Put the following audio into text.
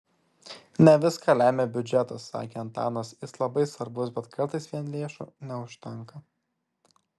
ne viską lemia biudžetas sakė antanas jis labai svarbus bet kartais vien lėšų neužtenka